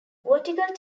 vertical